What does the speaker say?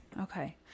okay